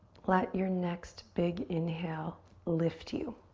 let your next big inhale lift you,